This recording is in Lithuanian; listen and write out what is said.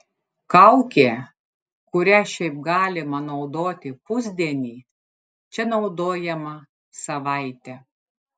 kaukė kurią šiaip galima naudoti pusdienį čia naudojama savaitę